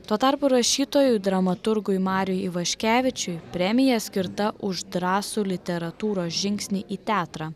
tuo tarpu rašytojui dramaturgui mariui ivaškevičiui premija skirta už drąsų literatūros žingsnį į teatrą